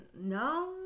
no